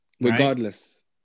Regardless